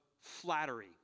flattery